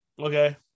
Okay